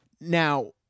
Now